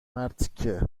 مرتیکه